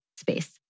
space